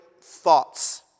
thoughts